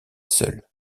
seul